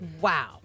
Wow